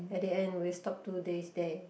at the end we will stop two days there